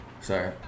Sorry